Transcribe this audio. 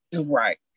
Right